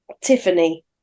Tiffany